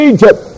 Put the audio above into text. Egypt